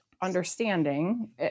understanding